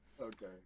Okay